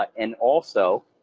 and also,